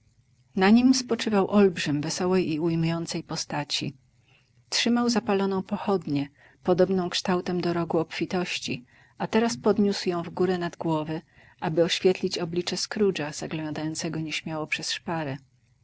na nim spoczywał olbrzym wesołej i ujmującej postaci trzymał zapaloną pochodnię podobną kształtem do rogu obfitości a teraz podniósł ją w górę nad głowę by oświetlić oblicze scroogea zaglądającego nieśmiało przez szparę